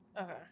Okay